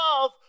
love